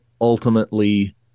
ultimately